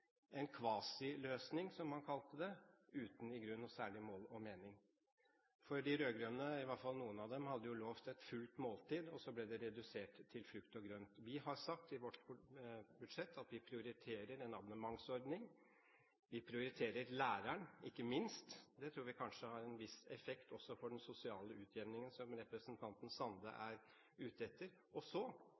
en kvasiløsning, som han kalte det, uten – i grunnen – særlig mål og mening, for de rød-grønne, i hvert fall noen av dem, hadde lovt et fullt måltid, og så ble det redusert til frukt og grønt. Vi har i vårt budsjett sagt at vi prioriterer en abonnementsordning, vi prioriterer læreren – ikke minst – det tror vi kanskje har en viss effekt også for den sosiale utjevningen, som representanten Sande er ute etter, og